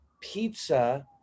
pizza